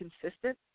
consistent